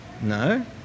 No